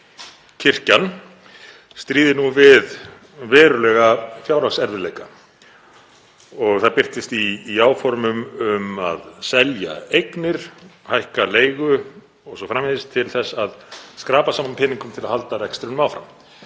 kirkjan, stríðir nú við verulega fjárhagserfiðleika. Það birtist í áformum um að selja eignir, hækka leigu o.s.frv. til að skrapa saman peningum til að halda rekstrinum áfram.